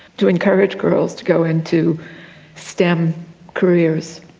to encourage girls to go into stem careers.